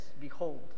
Behold